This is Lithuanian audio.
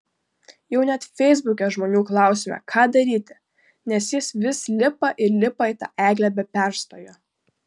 jau net feisbuke žmonių klausėme ką daryti nes jis vis lipa ir lipa į tą eglę be perstojo